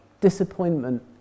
disappointment